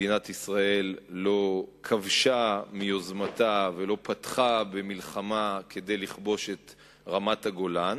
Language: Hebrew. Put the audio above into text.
מדינת ישראל לא כבשה מיוזמתה ולא פתחה במלחמה כדי לכבוש את רמת-הגולן,